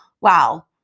wow